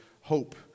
hope